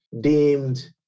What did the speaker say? deemed